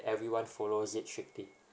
everyone follows it strictly